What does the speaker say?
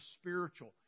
spiritual